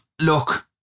look